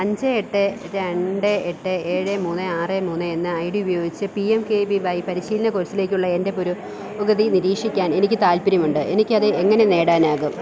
അഞ്ച് എട്ട് രണ്ട് എട്ട് ഏഴ് മൂന്ന് ആറ് മൂന്ന് എന്ന ഐ ഡി ഉപയോഗിച്ച് P M K V Y പരിശീലന കോഴ്സിലേക്കുള്ള എൻ്റെ പുരോ ഗതി നിരീക്ഷിക്കാൻ എനിക്ക് താത്പര്യമുണ്ട് എനിക്ക് അത് എങ്ങനെ നേടാനാകും